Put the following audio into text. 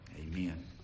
Amen